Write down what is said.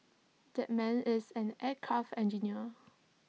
that man is an aircraft engineer